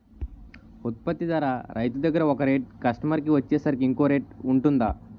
ఉత్పత్తి ధర రైతు దగ్గర ఒక రేట్ కస్టమర్ కి వచ్చేసరికి ఇంకో రేట్ వుంటుందా?